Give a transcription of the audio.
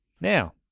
Now